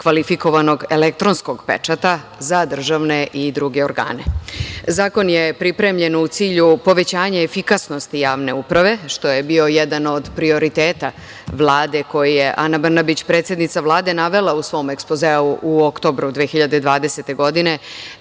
kvalifikovanog elektronskog pečata za državne i druge organe. Zakon je pripremljen u cilju povećanja efikasnosti javne uprave, što je bio jedan od prioriteta Vlade koji je Ana Brnabić, predsednica Vlade navela u svom ekspozeu u oktobru 2020. godine,